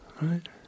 right